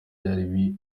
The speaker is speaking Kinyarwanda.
byari